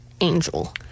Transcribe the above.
angel